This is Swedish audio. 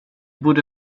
borde